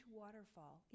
waterfall